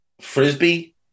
Frisbee